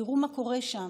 תראו מה קורה שם,